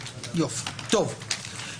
יופי, טוב.